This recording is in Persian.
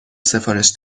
سفارش